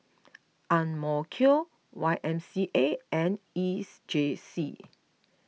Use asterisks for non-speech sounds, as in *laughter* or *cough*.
*unintelligible* Y M C A and E J C